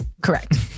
Correct